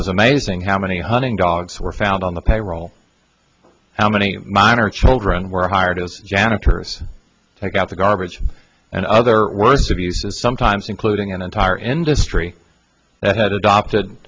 was amazing how many hunting dogs were found on the payroll how many minor children were hired as janitors to take out the garbage and other words abuses sometimes including an entire industry that had adopted